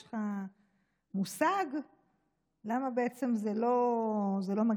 יש לך מושג למה בעצם זה לא מגיע?